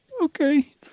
Okay